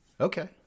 Okay